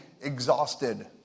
exhausted